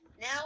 now